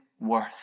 worth